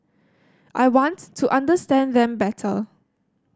I want to understand them better